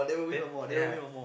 then yeah